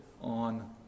on